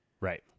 Right